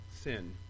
sin